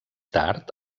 tard